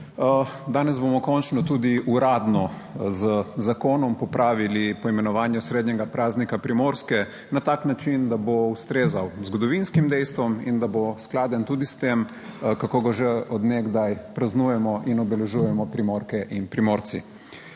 Danes bomo končno tudi uradno z zakonom popravili poimenovanje osrednjega praznika Primorske, na tak način, da bo ustrezal zgodovinskim dejstvom in da bo skladen tudi s tem, kako ga že od nekdaj praznujemo in obeležujemo Primorke in Primorci.